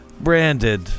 Branded